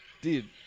dude